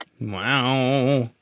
Wow